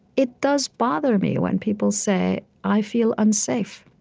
it does bother me when people say, i feel unsafe.